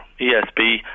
ESB